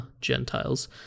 Gentiles